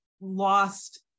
lost